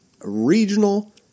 regional